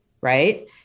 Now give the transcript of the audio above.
Right